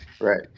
right